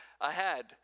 ahead